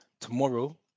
tomorrow